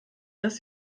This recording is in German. dass